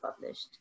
published